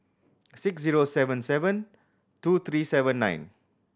six zero seven seven two three seven nine